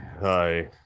hi